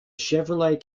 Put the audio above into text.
chevrolet